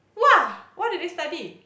wah what did they study